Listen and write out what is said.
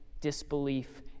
disbelief